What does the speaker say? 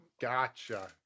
Gotcha